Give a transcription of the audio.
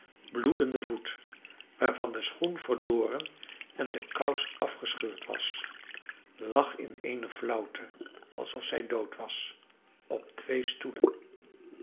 bloedenden voet waarvan de schoen verloren en de kous afgescheurd was lag in eene flauwte alsof zij dood was op twee stoelen